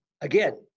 again